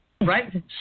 right